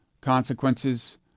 consequences